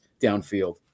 downfield